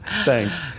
Thanks